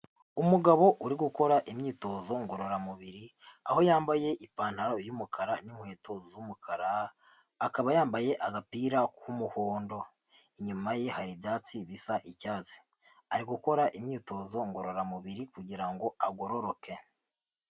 Umugabo uri gukora imyitozo ngororamubiri aho yambaye ipantaro y'umukara n'inkweto z'umukara, akaba yambaye agapira k'umuhondo inyuma ye hari ibyatsi bisa icyatsi. Ari gukora imyitozo ngororamubiri kugirango ngo agororoke.